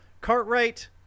Cartwright